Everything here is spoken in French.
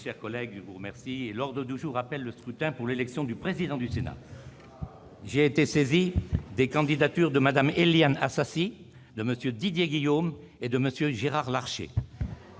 le poète-philosophe Édouard Glissant ! L'ordre du jour appelle le scrutin pour l'élection du président du Sénat. J'ai été saisi des candidatures de Mme Éliane Assassi, de M. Didier Guillaume et de M. Gérard Larcher.